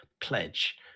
pledge